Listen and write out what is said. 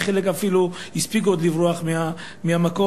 וחלק אפילו הספיקו עוד לברוח מהמקום,